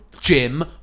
Jim